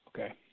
Okay